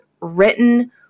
written